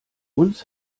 uns